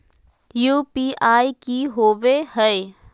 UPI की होवे हय?